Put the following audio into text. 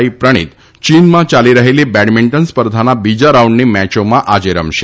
સાંઈપ્રણિત ચીનમાં ચાલી રહેલી બેડમિન્ટ્સ સ્પર્ધાના બીજા રાઉન્ડની મેચોમાં આજે રમશે